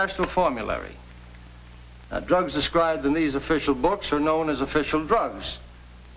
national formulary drugs described in these official blocks are known as official drugs